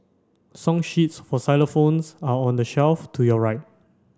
song sheets for xylophones are on the shelf to your right